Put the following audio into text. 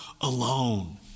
alone